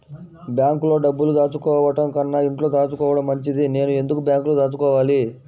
బ్యాంక్లో డబ్బులు దాచుకోవటంకన్నా ఇంట్లో దాచుకోవటం మంచిది నేను ఎందుకు బ్యాంక్లో దాచుకోవాలి?